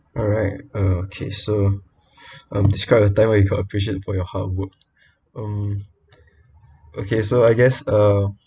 alright okay so um describe a time when you got appreciated for your hard work um okay so I guess uh